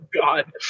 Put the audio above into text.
God